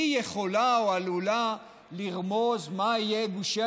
יכולה או עלולה לרמוז מה יהיה מעמד גושי